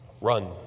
Run